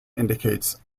indicates